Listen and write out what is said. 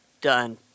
done